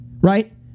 right